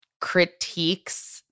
critiques